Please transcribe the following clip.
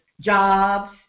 jobs